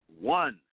one